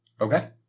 Okay